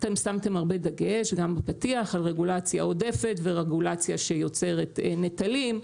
אתם שמתם הרבה דגש גם בפתיח על רגולציה עודפת ורגולציה שיוצרת נטלים,